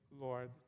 Lord